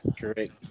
correct